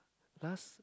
last